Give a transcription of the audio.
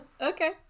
Okay